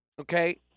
okay